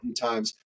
times